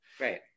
Right